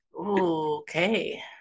okay